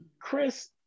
Chris